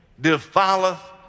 defileth